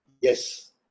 Yes